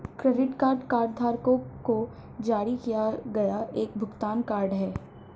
credit card कार्डधारकों को जारी किया गया एक भुगतान कार्ड है